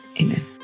amen